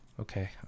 Okay